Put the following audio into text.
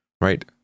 right